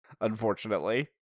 Unfortunately